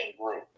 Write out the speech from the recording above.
group